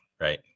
right